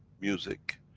music,